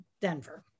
Denver